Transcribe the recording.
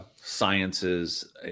sciences